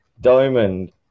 Diamond